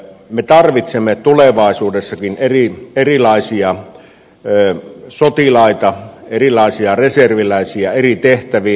me tarvitsemme tulevaisuudessakin erilaisia sotilaita erilaisia reserviläisiä eri tehtäviin